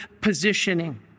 positioning